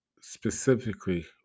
specifically